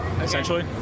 essentially